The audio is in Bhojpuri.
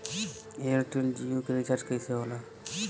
एयरटेल जीओ के रिचार्ज कैसे होला?